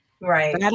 Right